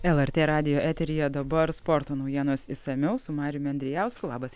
lrt radijo eteryje dabar sporto naujienos išsamiau su mariumi andrijausku labas